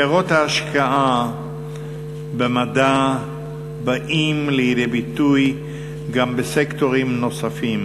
פירות ההשקעה במדע באים לידי ביטוי גם בסקטורים נוספים: